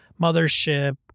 mothership